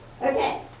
Okay